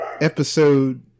episode